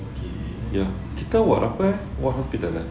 kita ward apa eh ward hospital eh